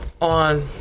on